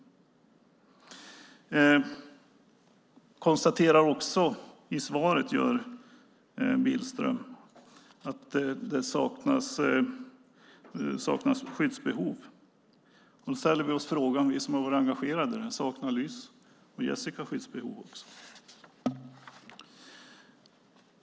Billström konstaterar också i svaret att det saknas skyddsbehov. Vi som har varit engagerade i frågan ställer frågan: Saknar Lys och Jessica också skyddsbehov?